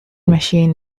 machine